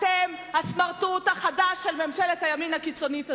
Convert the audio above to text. אתם הסמרטוט החדש של ממשלת הימין הקיצונית הזאת,